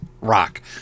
rock